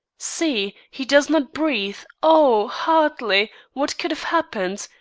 see! he does not breathe. oh! hartley, what could have happened?